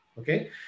okay